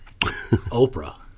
Oprah